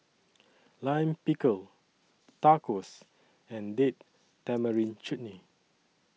Lime Pickle Tacos and Date Tamarind Chutney